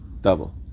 Double